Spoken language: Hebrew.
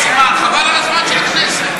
חבל על הזמן של הכנסת.